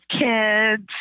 kids